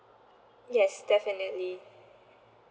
yes definitely